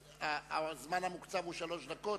הזמן המוקצב הוא שלוש דקות.